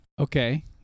Okay